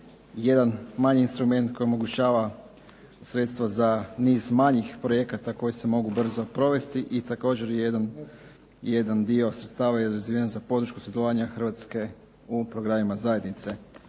Jedan manji instrument koji omogućava sredstva za niz manjih projekata koji se mogu brzo provesti i također je jedan dio sredstava je razvijen za podršku sudjelovanja Hrvatske u programima Zajednice.